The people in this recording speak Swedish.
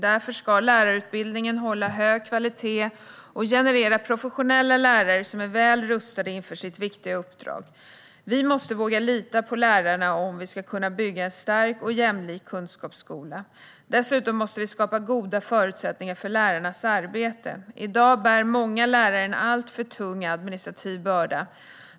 Därför ska lärarutbildningen hålla hög kvalitet och generera professionella lärare som är väl rustade inför sitt viktiga uppdrag. Vi måste våga lita på lärarna om vi ska kunna bygga en stark och jämlik kunskapsskola. Dess-utom måste vi skapa goda förutsättningar för lärarnas arbete. I dag bär många lärare en alltför tung administrativ börda.